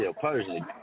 personally